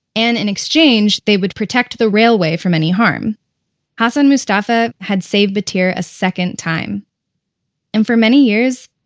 and in exchange, they would protect the railway from any harm hassan mustafa had saved battir a second time and for many years,